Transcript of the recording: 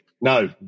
No